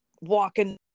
walking